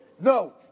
No